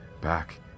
back